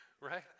Right